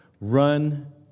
Run